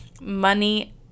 money